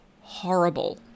horrible